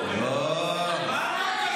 לא,